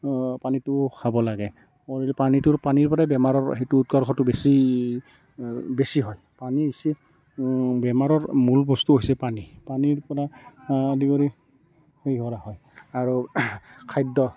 পানীটো খাব লাগে পানীটোৰ পানীৰ পৰাই বেমাৰৰ সেইটো উৎকৰ্ষটো বেছি বেছি হয় পানী হৈছি বেমাৰৰ মূল বস্তু হৈছি পানী পানীৰ পৰা আদি কৰি সেই কৰা হয় আৰু খাদ্য